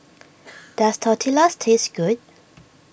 does Tortillas taste good